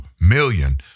million